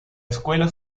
escuela